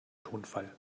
tonfall